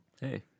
Hey